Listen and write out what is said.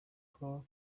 nko